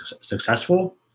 successful